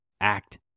act